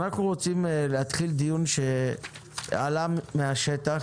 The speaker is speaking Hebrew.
אנחנו רוצים להתחיל דיון שעלה מן השטח,